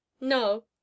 No